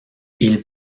ils